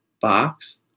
box